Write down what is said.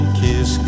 kiss